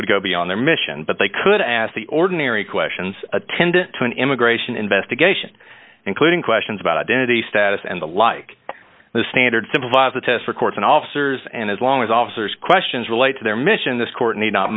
would go beyond their mission but they could ask the ordinary questions attendant to an immigration investigation including questions about identity status and the like the standard supervise the test records and officers and as long as officers questions relate to their mission this court need not